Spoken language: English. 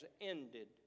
ended